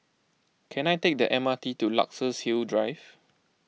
can I take the M R T to Luxus Hill Drive